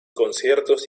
conciertos